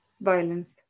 violence